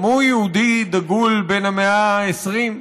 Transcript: גם הוא יהודי דגול בן המאה ה-20.